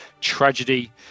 Tragedy